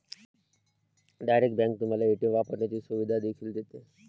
direct bank तुम्हाला ATM वापरण्याची सुविधा देखील देते